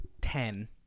ten